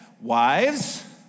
wives